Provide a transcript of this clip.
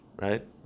right